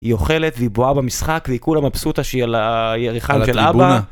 היא אוכלת, ובוהה במשחק, והיא כולה מבסוטה שהיא על הירכיים של אבא.